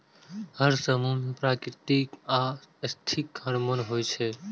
हर समूह मे प्राकृतिक आ सिंथेटिक हार्मोन होइ छै